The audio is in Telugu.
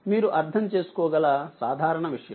మీరు అర్థం చేసుకోగల సాధారణవిషయం